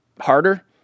harder